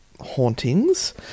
hauntings